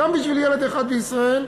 גם בשביל ילד אחד בישראל,